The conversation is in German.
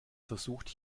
versucht